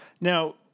now